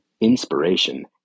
inspiration